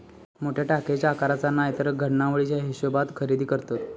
मोठ्या टाकयेच्या आकाराचा नायतर घडणावळीच्या हिशेबात खरेदी करतत